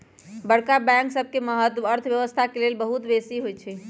बड़का बैंक सबके महत्त अर्थव्यवस्था के लेल बहुत बेशी होइ छइ